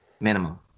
Minimum